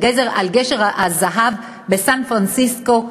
גשר שער הזהב בסן-פרנסיסקו,